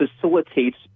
facilitates